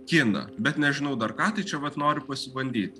kiną bet nežinau dar ką tai čia vat noriu pasibandyt